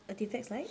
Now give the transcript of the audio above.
artefacts like